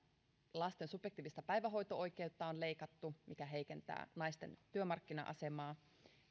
lasten subjektiivista päivähoito oikeutta on leikattu mikä heikentää naisten työmarkkina asemaa